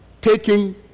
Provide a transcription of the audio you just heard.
taking